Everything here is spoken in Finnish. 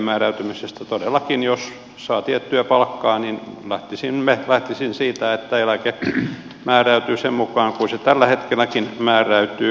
todellakin jos saa tiettyä palkkaa niin lähtisin siitä että eläke määräytyy sen mukaan kuin se tällä hetkelläkin määräytyy